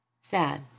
Sad